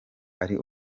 ari